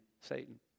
Satan